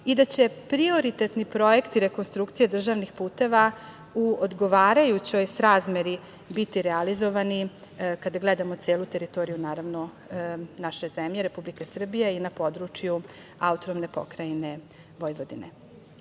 i da će prioritetni projekti rekonstrukcije državnih puteva u odgovarajućoj srazmeri biti realizovani, kada gledamo celu teritoriju naravno naše zemlje Republike Srbije, i na području AP Vojvodine. Dakle,